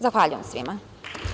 Zahvaljujem svima.